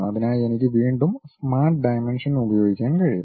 അതിനായി എനിക്ക് വീണ്ടും സ്മാർട്ട് ഡയമെൻഷൻ ഉപയോഗിക്കാൻ കഴിയും